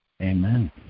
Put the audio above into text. Amen